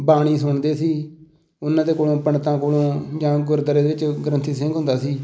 ਬਾਣੀ ਸੁਣਦੇ ਸੀ ਉਹਨਾਂ ਦੇ ਕੋਲੋਂ ਪੰਡਤਾਂ ਕੋਲੋਂ ਜਾਂ ਗੁਰਦੁਆਰੇ ਵਿੱਚ ਗ੍ਰੰਥੀ ਸਿੰਘ ਹੁੰਦਾ ਸੀ